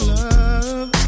love